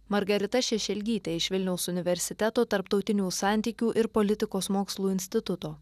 margarita šešelgytė iš vilniaus universiteto tarptautinių santykių ir politikos mokslų instituto